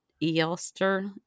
Easter